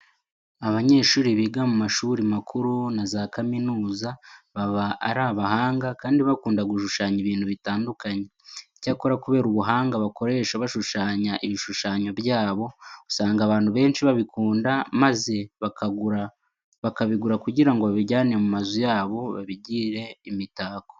Abanyeshuri biga mu mashuri makuru na za kaminuza baba ari abahanga, kandi bakunda gushushanya ibintu bitandukanye. Icyakora kubera ubuhanga bakoresha bashushanya ibishushanyo byabo, usanga abantu benshi babikunda maze bakabigura kugira ngo babijyane mu mazu yabo babigire imitako.